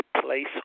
place